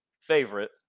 favorite